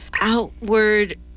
outward